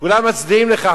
כולם מצדיעים לך,